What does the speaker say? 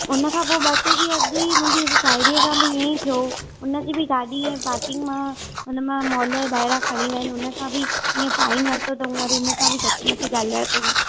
उन खां पोइ ॿ टे ॾींहं अॻु ई मुंहिंजी हिकु साहिड़ीअ सां बि ईअं ई थियो हो उनजी बि गाॾी ईअं पार्किंग मां उनमां मॉल जे ॿाहिरां खणी विया आहिनि हुनखां बि हीअं फाईन वरितो अथऊं वरी उनसां बि घटि मथे ॻाल्हायो अथऊं